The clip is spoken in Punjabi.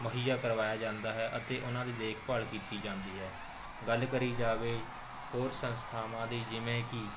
ਮੁਹੱਈਆ ਕਰਵਾਇਆ ਜਾਂਦਾ ਹੈ ਅਤੇ ਉਹਨਾਂ ਦੀ ਦੇਖਭਾਲ ਕੀਤੀ ਜਾਂਦੀ ਹੈ ਗੱਲ ਕਰੀ ਜਾਵੇ ਹੋਰ ਸੰਸਥਾਵਾਂ ਦੀ ਜਿਵੇਂ ਕਿ